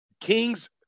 King's